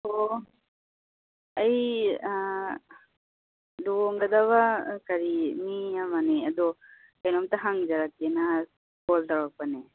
ꯑꯣ ꯑꯩ ꯂꯨꯍꯣꯡꯒꯗ ꯀꯔꯤ ꯃꯤ ꯑꯃꯅꯦ ꯑꯗꯣ ꯀꯩꯅꯣꯝꯇ ꯍꯪꯖꯔꯛꯀꯦꯅ ꯀꯣꯜ ꯇꯧꯔꯛꯄꯅꯦ